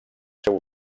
seu